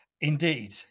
Indeed